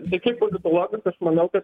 tai kaip politologas manau kad